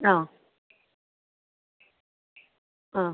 ആ ആ